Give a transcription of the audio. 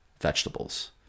vegetables